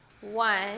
one